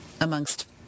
amongst